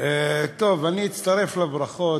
אני אצטרף לברכות.